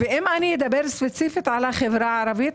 אם אני אדבר ספציפית על החברה הערבית,